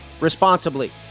responsibly